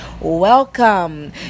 welcome